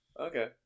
Okay